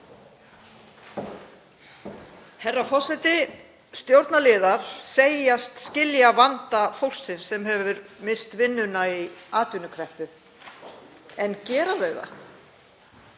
Herra forseti. Stjórnarliðar segjast skilja vanda fólksins sem hefur misst vinnuna í atvinnukreppu, en gera þau það?